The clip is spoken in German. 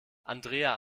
andrea